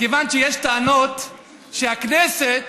ומכיוון שיש טענות שהכנסת